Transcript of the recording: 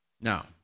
Now